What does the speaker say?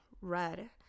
red